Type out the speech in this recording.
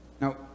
now